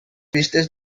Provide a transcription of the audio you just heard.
vistes